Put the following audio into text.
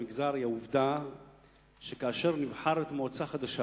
במגזר היא העובדה שכאשר נבחרת מועצה חדשה